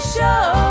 Show